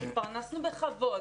התפרנסנו בכבוד,